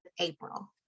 April